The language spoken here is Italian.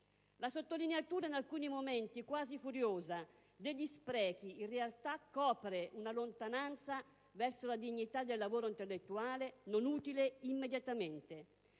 La sottolineatura in alcuni momenti quasi furiosa, degli sprechi, in realtà copre una lontananza rispetto alla dignità del lavoro intellettuale, non utile immediatamente.